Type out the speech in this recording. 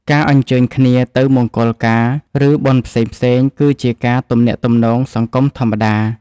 ការអញ្ជើញគ្នាទៅមង្គលការ ឬបុណ្យផ្សេងៗគឺជាការទំនាក់ទំនងសង្គមធម្មតា។